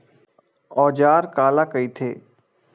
औजार काला कइथे?